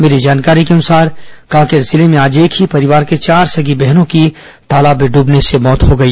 मिली जानकारी के अनुसार कांकेर जिले में आज एक ही परिवार के चार सगी बहनों की तालाब में डुबने से मौत हो गई